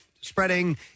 spreading